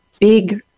big